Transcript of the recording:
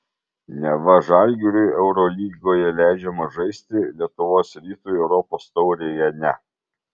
neva žalgiriui eurolygoje leidžiama žaisti lietuvos rytui europos taurėje ne